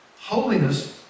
Holiness